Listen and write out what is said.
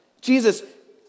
Jesus